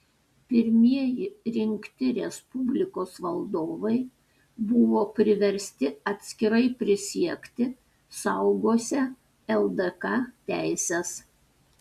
pirmieji rinkti respublikos valdovai buvo priversti atskirai prisiekti saugosią ldk teises